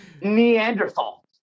neanderthal